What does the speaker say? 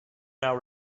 now